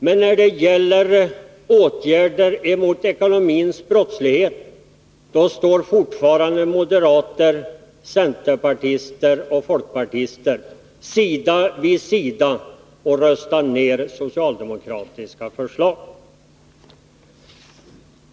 Men när det gäller åtgärder emot ekonomisk brottslighet står moderater, centerpartister och folkpartister sida vid sida och röstar ned socialdemokratiska förslag.